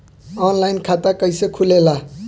Online खाता कइसे खुलेला?